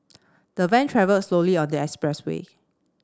the van travelled slowly on the expressway